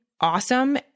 awesome